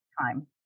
time